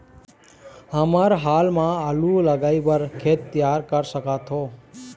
हमन हाल मा आलू लगाइ बर खेत तियार कर सकथों?